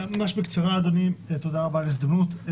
ממש בקצרה, אדוני, תודה רבה על ההזדמנות.